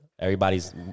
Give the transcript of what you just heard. everybody's